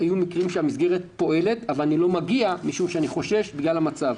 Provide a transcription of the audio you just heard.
היו מקרים שהמסגרת פעלה אבל אני לא הגעתי אליה בגלל שחששתי בשל המצב.